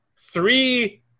three